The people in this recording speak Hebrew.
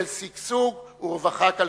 של שגשוג ורווחה כלכלית.